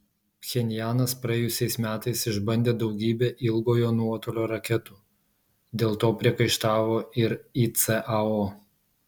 pchenjanas praėjusiais metais išbandė daugybę ilgojo nuotolio raketų dėl to priekaištavo ir icao